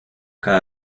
cada